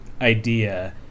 idea